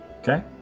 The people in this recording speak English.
Okay